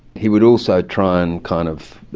he would also try and kind of